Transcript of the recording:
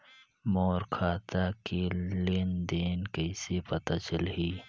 मोर खाता के लेन देन कइसे पता चलही?